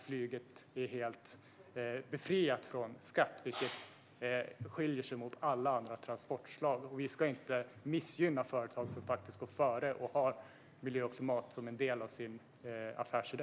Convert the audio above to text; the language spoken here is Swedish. Flyget är helt befriat från skatt, vilket skiljer det från alla andra transportslag. Vi ska inte missgynna företag som går före och har miljö och klimat som en del av sin affärsidé.